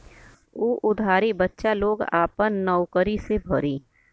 उ उधारी बच्चा लोग आपन नउकरी से भरी